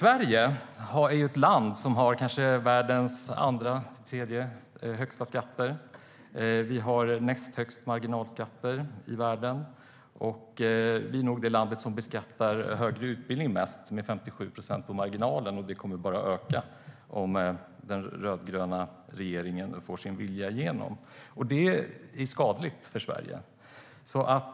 Sverige är ett land som har världens kanske andra eller tredje högsta skatter. Vi har näst högst marginalskatter i världen, och vi är nog det land som beskattar högre utbildning mest - med 57 procent på marginalen, och det kommer bara att öka om den rödgröna regeringen får sin vilja igenom. Det är skadligt för Sverige.